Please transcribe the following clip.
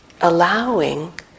allowing